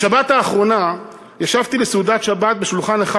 בשבת האחרונה ישבתי לסעודת שבת בשולחן אחד